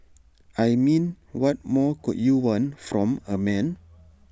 I mean what more could you want from A man